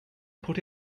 put